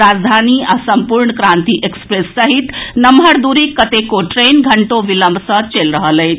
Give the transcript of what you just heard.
राजधानी आ सम्पूर्ण क्रांति एक्सप्रेस सहित नम्हर दूरीक कतेको ट्रेन घंटो विलम्ब सॅ चलि रहल अछि